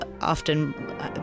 often